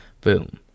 Boom